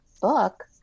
book –